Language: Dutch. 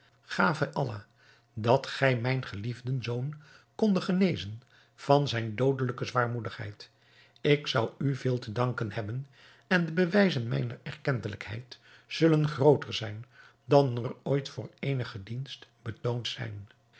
gave allah dat gij mijn geliefden zoon kondet genezen van zijne doodelijke zwaarmoedigheid ik zou u veel te danken hebben en de bewijzen mijner erkentelijkheid zullen grooter zijn dan er ooit voor eenigen dienst betoond zijn